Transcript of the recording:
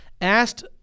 asked